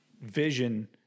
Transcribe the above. vision